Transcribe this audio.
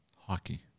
Hockey